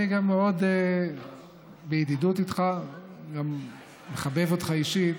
ואני גם מאוד בידידות איתך וגם מחבב אותך אישית,